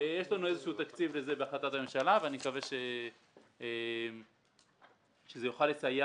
יש לנו איזשהו תקציב לזה בהחלטת הממשלה ואני מקווה שזה יוכל לסייע